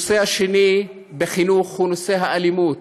הנושא השני בחינוך הוא נושא האלימות.